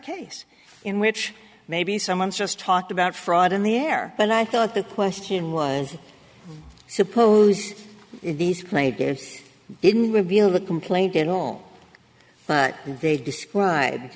case in which maybe someone just talked about fraud in the air but i thought the question was suppose these play games didn't reveal the complaint at home but they described